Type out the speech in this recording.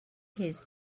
his